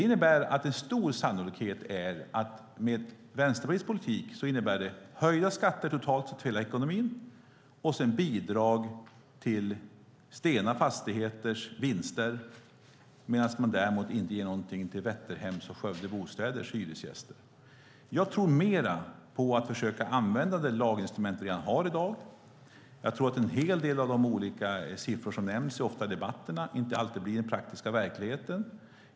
Vänsterpartiets politik innebär med stor sannlikhet höjda skatter totalt och bidrag till Stena Fastigheters vinster, medan man däremot inte ger någonting till Vätterhems och Skövdebostäders hyresgäster. Jag tror mer på att försöka använda det laginstrument som vi redan har i dag. Jag vet att en hel del av de olika siffror som ofta nämns i debatterna inte alltid blir den praktiska verkligheten.